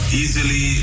easily